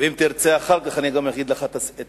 ואם תרצה, אחר כך אני אתן לך את הפרטים.